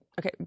Okay